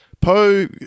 Poe